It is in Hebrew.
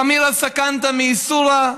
חמירא סכנתא מאיסורא,